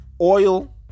oil